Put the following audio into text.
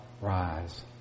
rise